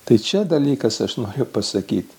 tai čia dalykas aš noriu pasakyt